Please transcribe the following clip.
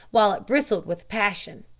while it bristled with passion,